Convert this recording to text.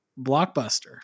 blockbuster